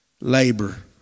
labor